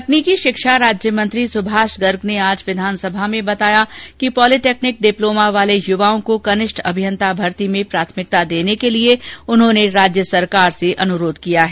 तकनीकी शिक्षा राज्यमंत्री सुभाष गर्म ने आज विधानसभा में बताया कि पॅलिटेक्निक डिप्लोमा वाले युवाओं को कनिष्ठ अभियंता भर्ती में प्राथमिकता देने के लिये उन्होंने राज्य सरकार से अनुरोध किया है